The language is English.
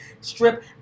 strip